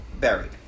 Buried